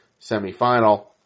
semifinal